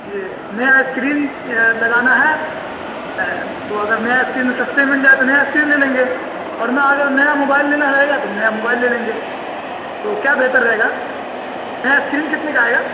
یہ نیا اسکرین لگانا ہے تو اگر نیا اسکرین سستے میں مل جائے تو نیا اسکرین لے لیں گے ورنہ اگر نیا موبائل لینا رہے گا تو نیا موبائل لے لیں گے تو کیا بہتر رہے گا نیا اسکرین کتنے کا آئے گا